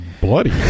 bloody